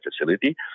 facility